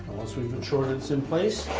once we've ensured it's in place,